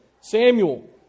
Samuel